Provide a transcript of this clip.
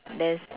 there's